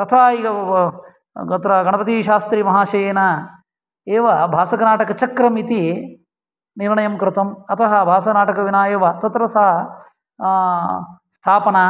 तथा तत्र गणपतिशास्त्रिमहाशयेन एव भासनाटकचक्रम् इति निर्णयंं कृतम् अतः भासनाटकं विना एव तत्र सा स्थापना